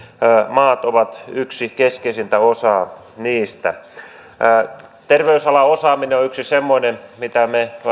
maat ovat yksi keskeinen osa siinä terveysalan osaaminen on yksi semmoinen mitä me